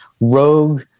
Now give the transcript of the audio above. rogue